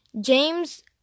James